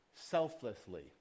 selflessly